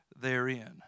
therein